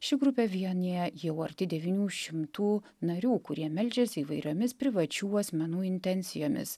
ši grupė vienija jau arti devynių šimtų narių kurie meldžiasi įvairiomis privačių asmenų intencijomis